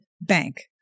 bank